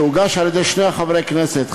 שהוגש על-ידי שני חברי כנסת,